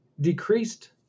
decreased